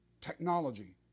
technology